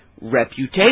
reputation